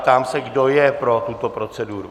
Ptám se, kdo je pro tuto proceduru?